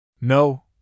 No